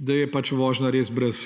da je pač vožnja res brez